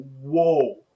whoa